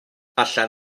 allan